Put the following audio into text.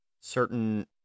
certain